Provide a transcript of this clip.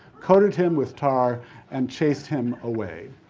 coated him with tar and chased him away.